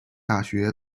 大学